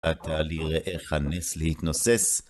עתה נראה איך הנס להתנוסס.